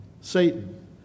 Satan